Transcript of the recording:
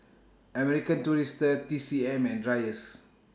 American Tourister T C M and Dreyers